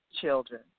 Children